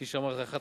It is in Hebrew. כפי שאמרתי לך,